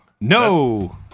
no